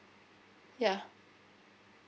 ya